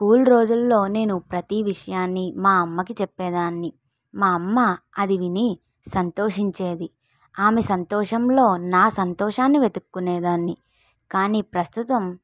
school రోజులలో నేను ప్రతి విషయాన్ని మా అమ్మకి చెప్పేదాన్ని మా అమ్మ అది విని సంతోషించేది ఆమె సంతోషంలో నా సంతోషాన్ని వెతుక్కునేదాన్ని కానీ ప్రస్తుతం